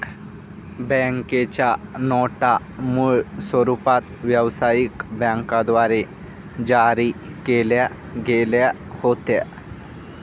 बँकेच्या नोटा मूळ स्वरूपात व्यवसायिक बँकांद्वारे जारी केल्या गेल्या होत्या